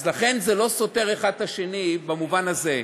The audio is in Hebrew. אז לכן, זה לא סותר אחד את השני במובן הזה.